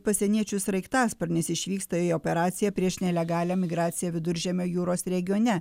pasieniečių sraigtasparnis išvyksta į operaciją prieš nelegalią migraciją viduržemio jūros regione